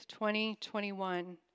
2021